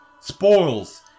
spoils